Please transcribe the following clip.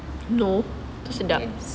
no tu sedap